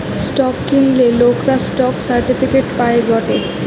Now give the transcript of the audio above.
stock কিনলে লোকরা stock certificate পায় গটে